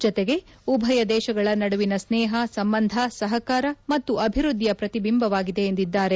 ಜತೆಗೆ ಉಭಯ ದೇಶಗಳ ನಡುವಿನ ಸ್ನೇಹ ಸಂಬಂಧ ಸಹಕಾರ ಮತ್ತು ಅಭಿವೃದ್ದಿಯ ಪ್ರತಿಬಿಂಬವಾಗಿದೆ ಎಂದಿದ್ದಾರೆ